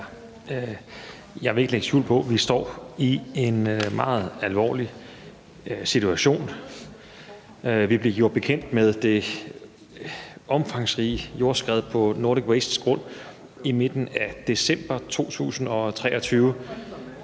Jeg vil ikke lægge skjul på, at vi står i en meget alvorlig situation. Vi blev gjort bekendt med det omfangsrige jordskred på Nordic Wastes grund i midten af december 2023.